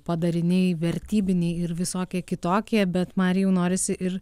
padariniai vertybiniai ir visokie kitokie bet marijau norisi ir